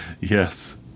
Yes